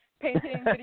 painting